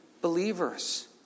believers